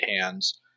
hands